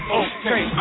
okay